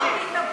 תתאפקו, תתאפקו.